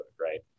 right